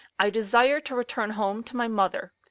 i desire to return home to my mother.